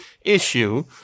issue